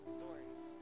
stories